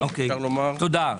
תודה.